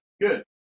Good